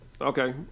Okay